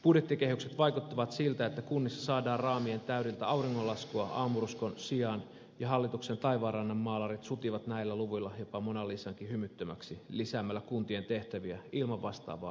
budjettikehykset vaikuttavat siltä että kunnissa saadaan raamien täydeltä auringonlaskua aamu ruskon sijaan ja hallituksen taivaanrannan maalarit sutivat näillä luvuilla jopa mona lisankin hymyttömäksi lisäämällä kuntien tehtäviä ilman vastaavaa rahoitusta